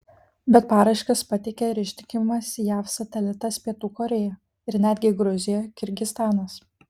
bet paraiškas pateikė ir ištikimas jav satelitas pietų korėja ir netgi gruzija kirgizstanas